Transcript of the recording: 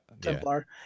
templar